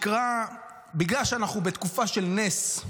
בגלל שאנחנו בתקופה של נס,